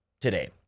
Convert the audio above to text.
today